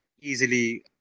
easily